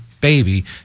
baby